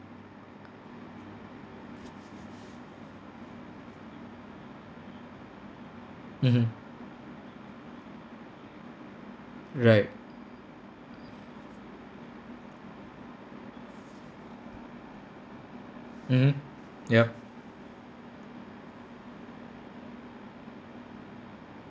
mmhmm right mmhmm ya